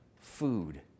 food